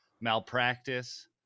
Malpractice